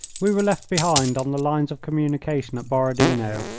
we were left behind on the lines of communication at borodino.